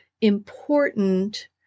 important